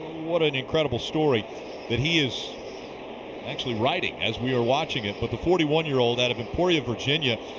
what an incredible story that he is actually writing as we are watching it. but the forty one year old out of emporia, virginia,